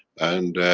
and.